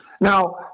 Now